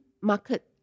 market